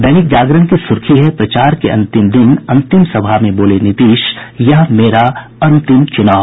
दैनिक जागरण की सुर्खी है प्रचार के अंतिम दिन अंतिम सभा में बोले नीतीश यह मेरा अंतिम चूनाव